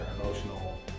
emotional